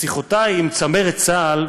משיחותי עם צמרת צה"ל,